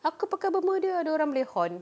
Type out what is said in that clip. aku pakai bermudas ada dorang boleh honk